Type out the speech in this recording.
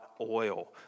oil